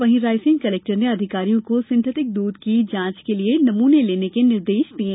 वहीं रायसेन कलेक्टर ने अधिकारियों को सिंथेटिक दूध की जांच के लिये नमूने लेने के निर्देश दिये